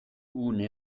gune